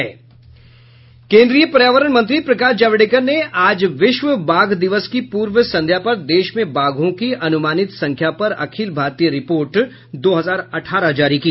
केन्द्रीय पर्यावरण मंत्री प्रकाश जावडेकर ने आज विश्व बाघ दिवस की पूर्व संध्या पर देश में बाघों की अनुमानित संख्या पर अखिल भारतीय रिपोर्ट दो हजार अठारह जारी की